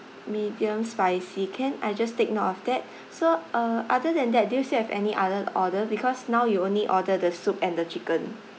medium spicy can I just take note of that so uh other than that do you still have any other order because now you only order the soup and the chicken